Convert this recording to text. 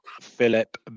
Philip